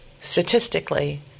statistically